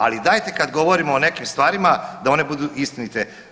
Ali dajte kad govorimo o nekim stvarima da one budu istinite.